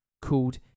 called